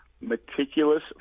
meticulous